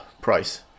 price